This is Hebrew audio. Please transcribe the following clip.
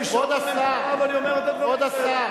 כבוד השר,